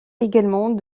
également